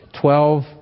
Twelve